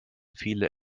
viele